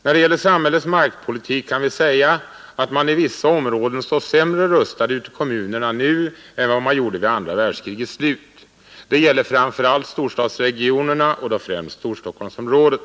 När det gäller samhällets markpolitik kan vi säga att man i vissa områden står sämre rustad ute i kommunerna nu än vid andra världskrigets slut. Det gäller framför allt storstadsregionerna och då främst Storstockholmsområdet.